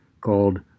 called